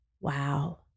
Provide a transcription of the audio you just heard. wow